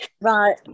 Right